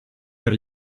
per